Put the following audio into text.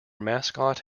mascot